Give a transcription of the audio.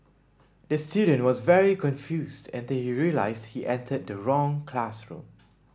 the student was very confused until he realised he entered the wrong classroom